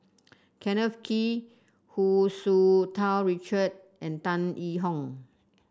Kenneth Kee Hu Tsu Tau Richard and Tan Yee Hong